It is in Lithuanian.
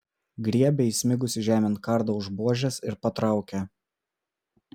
griebia įsmigusį žemėn kardą už buožės ir patraukia